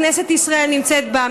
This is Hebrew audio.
כנסת ישראל נמצאת בה,